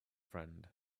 friend